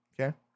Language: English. Okay